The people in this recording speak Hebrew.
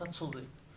אתה צודק.